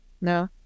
No